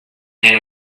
and